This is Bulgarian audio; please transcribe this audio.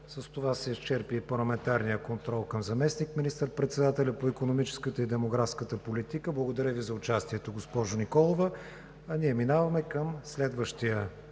С това се изчерпи и парламентарният контрол към заместник министър-председателя по икономическата и демографската политика. Благодаря Ви за участието, госпожо Николова. Преминаваме към следващия